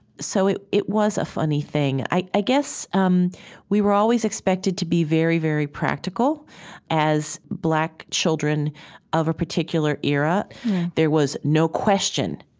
so it it was a funny thing. i i guess um we were always expected to be very, very practical as black children of a particular era there was no question,